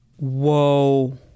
Whoa